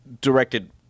directed